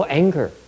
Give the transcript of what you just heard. anger